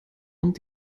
und